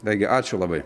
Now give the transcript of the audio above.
taigi ačiū labai